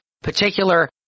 particular